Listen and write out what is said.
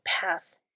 path